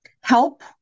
help